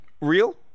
real